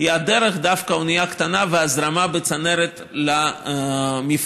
היא דווקא הדרך באונייה קטנה והזרמה בצנרת למפעלים.